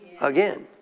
again